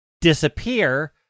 disappear